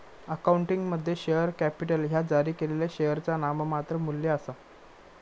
अकाउंटिंगमध्ये, share capital ह्या जारी केलेल्या शेअरचा नाममात्र मू्ल्य आसा